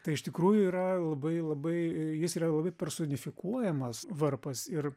tai iš tikrųjų yra labai labai jis yra labai personifikuojamas varpas ir